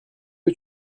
que